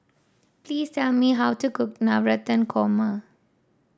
please tell me how to cook Navratan Korma